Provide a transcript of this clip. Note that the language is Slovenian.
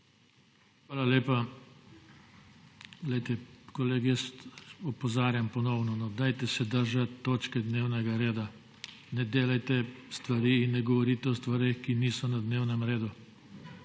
Hvala lepa. Poglejte, kolegi, jaz ponovno opozarjam, dajte se držati točke dnevnega reda, ne delajte stvari in ne govorite o stvareh, ki niso na dnevnem redu.